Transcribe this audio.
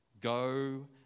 go